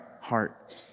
heart